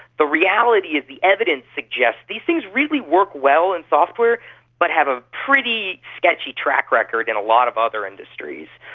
the reality is the evidence suggests these things really work well in software but have a pretty sketchy track record in a lot of other industries.